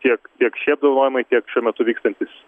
tiek tiek šie apdovanojimai tiek šiuo metu vykstantys